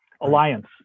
alliance